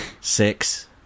six